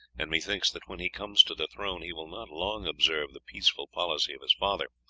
and methinks that when he comes to the throne he will not long observe the peaceful policy of his father,